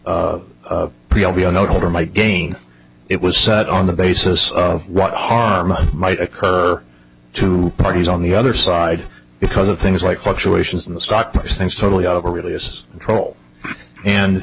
holder might gain it was set on the basis of what harm might occur to parties on the other side because of things like fluctuations in the stock price things totally out of it really is a